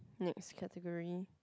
next category